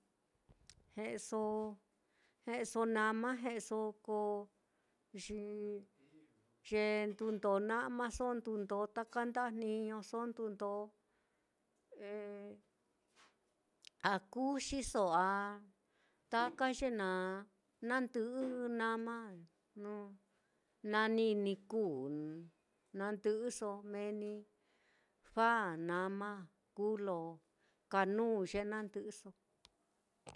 o o nama o, ko yi ye ndundó na'maso, ndundó taka ndajniñoso ndundó a kuxiso a taka ye naá, nandɨ'ɨ ɨ́ɨ́n na'ma, jnu nani ni kuu nandɨ'ɨso meni fa, nama, kuu lo kanu lo nandɨ'ɨso.